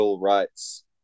rights